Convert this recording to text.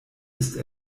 ist